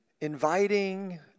inviting